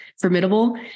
formidable